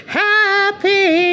happy